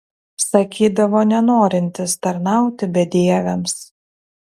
sakydavo nenorintis tarnauti bedieviams